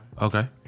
Okay